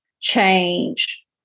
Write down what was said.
change